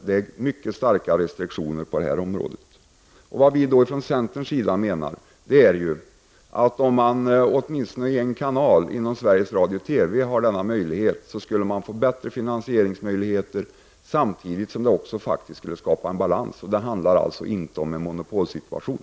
Det är mycket starka restriktioner på det här området. Vi från centerns sida menar, att om man åtminstone i en kanal inom Sveriges Radio/TV har denna möjlighet, skulle man få bättre finansieringsmöjligheter, samtidigt som det också skulle skapa en balans. Det handlar alltså inte om en monopolsituation.